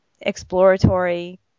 exploratory